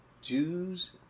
jews